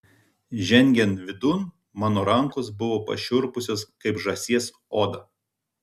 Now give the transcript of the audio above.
žengiant vidun mano rankos buvo pašiurpusios kaip žąsies oda